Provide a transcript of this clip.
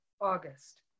August